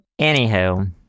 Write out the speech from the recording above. Anywho